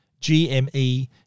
GME